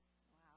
Wow